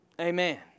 Amen